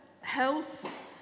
health